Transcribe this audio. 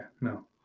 no